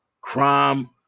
crime